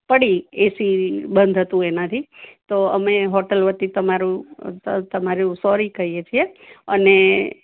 પડી એસી બંધ હતું એનાથી તો અમે હોટલ વટી તમારું સોરી કહીયે છીએ અને